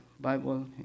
Bible